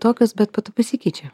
tokios bet po to pasikeičia